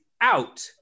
out